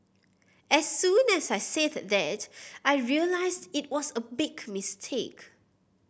as soon as I said that I realised it was a big mistake